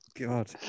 God